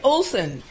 Olson